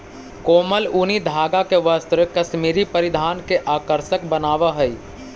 कोमल ऊनी धागा के वस्त्र कश्मीरी परिधान के आकर्षक बनावऽ हइ